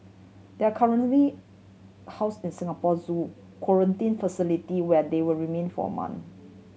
they are currently house in Singapore Zoo quarantine facility where they will remain for a month